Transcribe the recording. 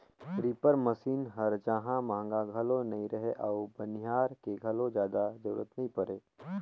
reaper machine हर जहां महंगा घलो नई रहें अउ बनिहार के घलो जादा जरूरत नई परे